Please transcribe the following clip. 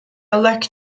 elect